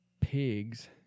pigs